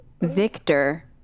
Victor